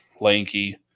lanky